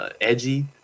edgy